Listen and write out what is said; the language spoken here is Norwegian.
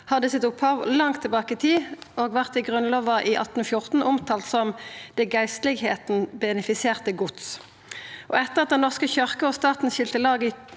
hadde sitt opphav langt tilbake i tid og vart i Grunnlova i 1814 omtalte som «det Geistligheden beneficerede gods». Etter at Den norske kyrkja og staten skilde lag i